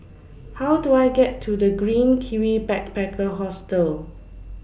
How Do I get to The Green Kiwi Backpacker Hostel